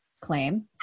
claim